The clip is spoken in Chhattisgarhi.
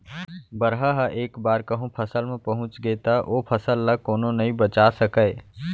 बरहा ह एक बार कहूँ फसल म पहुंच गे त ओ फसल ल कोनो नइ बचा सकय